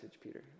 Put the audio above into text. Peter